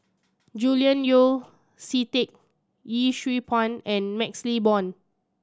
Julian Yeo See Teck Yee Siew Pun and MaxLe Blond